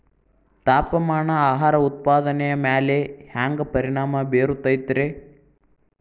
ತಾಪಮಾನ ಆಹಾರ ಉತ್ಪಾದನೆಯ ಮ್ಯಾಲೆ ಹ್ಯಾಂಗ ಪರಿಣಾಮ ಬೇರುತೈತ ರೇ?